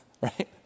Right